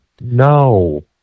No